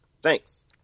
Thanks